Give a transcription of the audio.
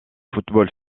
football